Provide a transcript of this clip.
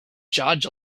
judge